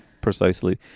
precisely